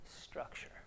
structure